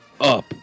up